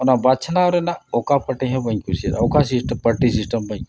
ᱚᱱᱟ ᱵᱟᱪᱷᱱᱟᱣ ᱨᱮᱱᱟᱜ ᱚᱠᱟ ᱯᱟᱴᱤ ᱦᱚᱸ ᱵᱟᱹᱧ ᱠᱩᱥᱤᱭᱟᱜᱼᱟ ᱚᱠᱟ ᱥᱤᱥᱴᱚᱢ ᱯᱟᱴᱤ ᱥᱤᱥᱴᱚᱢ ᱵᱟᱹᱧ ᱠᱩᱥᱤᱭᱟᱫᱟ